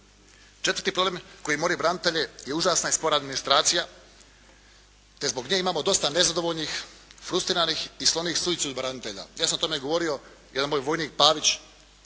Četvrti problem koji mori branitelje je užasna i spora administracija, te zbog njih imamo dosta nezadovoljnih, frustriranih i sklonih suicidu branitelja. Ja sam o tome govorio. Jedan moj vojnik Pavić